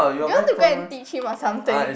you want to go and teach him or something